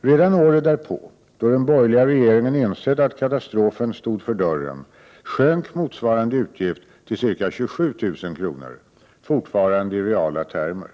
Redan året därpå, då den borgerliga regeringen insett att katastrofen stod för dörren, sjönk motsvarande utgift till ca 27 000 kr., fortfarande i reala termer.